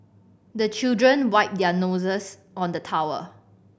the children wipe their noses on the towel